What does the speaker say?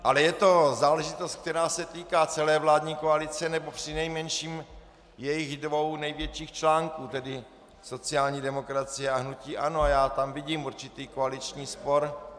Ale je to záležitost, která se týká celé vládní koalice, nebo přinejmenším jejích dvou největších článků, tedy sociální demokracie a hnutí ANO, a já tam vidím určitý koaliční spor.